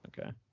Okay